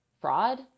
fraud